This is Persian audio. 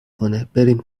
کنهبریم